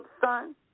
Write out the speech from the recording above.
son